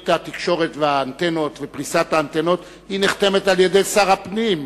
תוכנית התקשורת והאנטנות ופריסת האנטנות נחתמת על-ידי שר הפנים.